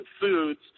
foods